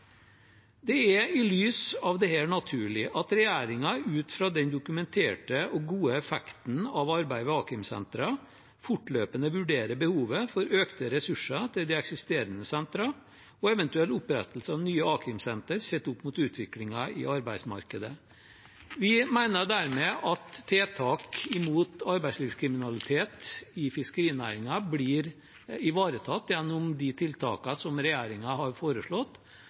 Det er i lys av dette naturlig at regjeringen, ut fra den dokumenterte og gode effekten av arbeidet ved a-krimsentrene, fortløpende vurderer behovet for økte ressurser til de eksisterende sentrene og eventuell opprettelse av nye a-krimsentre sett opp mot utviklingen i arbeidsmarkedet. Vi mener dermed at tiltak mot arbeidslivskriminalitet i fiskerinæringen blir ivaretatt gjennom de tiltakene som regjeringen har foreslått,